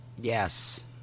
Yes